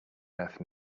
earth